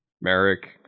Merrick